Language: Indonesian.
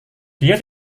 dia